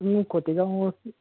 तुमी खोतिगांव